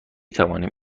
توانیم